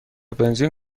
بنزین